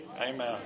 Amen